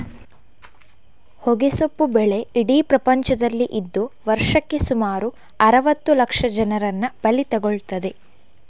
ಹೊಗೆಸೊಪ್ಪು ಬೆಳೆ ಇಡೀ ಪ್ರಪಂಚದಲ್ಲಿ ಇದ್ದು ವರ್ಷಕ್ಕೆ ಸುಮಾರು ಅರುವತ್ತು ಲಕ್ಷ ಜನರನ್ನ ಬಲಿ ತಗೊಳ್ತದೆ